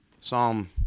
Psalm